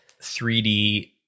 3D